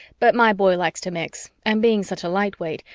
but my boy likes to mix, and being such a lightweight,